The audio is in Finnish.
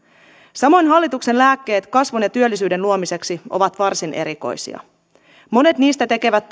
samoin hallituksen lääkkeet kasvun ja työllisyyden luomiseksi ovat varsin erikoisia monet niistä tekevät